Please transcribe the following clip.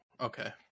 okay